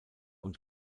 und